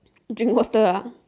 drink water ah